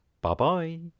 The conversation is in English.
Bye-bye